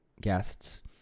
guests